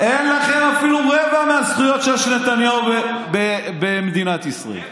אין לכם אפילו רבע מהזכויות שיש לנתניהו במדינת ישראל.